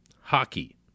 hockey